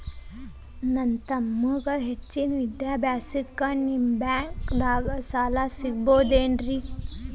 ನನ್ನ ತಮ್ಮಗ ಹೆಚ್ಚಿನ ವಿದ್ಯಾಭ್ಯಾಸಕ್ಕ ನಿಮ್ಮ ಬ್ಯಾಂಕ್ ದಾಗ ಸಾಲ ಸಿಗಬಹುದೇನ್ರಿ?